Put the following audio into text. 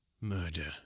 murder